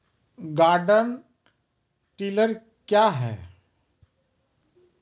Garden tiller क्या हैं?